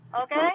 Okay